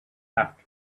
after